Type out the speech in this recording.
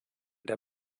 der